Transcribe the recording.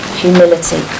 humility